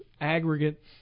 aggregate